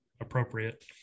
appropriate